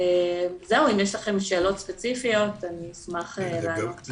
אם יש לכם שאלות ספציפיות, אני אשמח לענות.